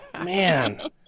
Man